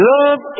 Love